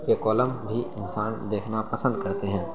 کے کالم بھی انسان دیکھنا پسند کرتے ہیں